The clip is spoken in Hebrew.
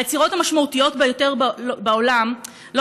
היצירות המשמעותיות ביותר בעולם לא